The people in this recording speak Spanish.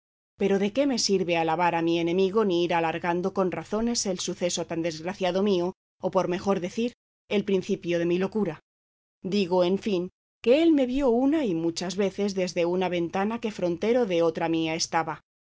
pero de qué me sirve alabar a mi enemigo ni ir alargando con razones el suceso tan desgraciado mío o por mejor decir el principio de mi locura digo en fin que él me vio una y muchas veces desde una ventana que frontero de otra mía estaba